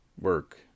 work